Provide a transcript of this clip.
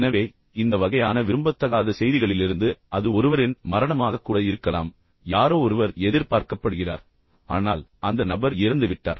எனவே இந்த வகையான விரும்பத்தகாத செய்திகளிலிருந்து அது ஒருவரின் மரணமாக கூட இருக்கலாம் யாரோ ஒருவர் எதிர்பார்க்கப்படுகிறார் ஆனால் அந்த நபர் இறந்துவிட்டார்